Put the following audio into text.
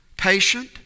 Patient